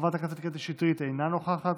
חברת הכנסת קטי שטרית, אינה נוכחת,